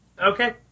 Okay